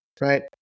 right